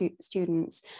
students